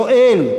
השואל,